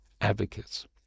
advocates